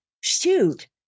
shoot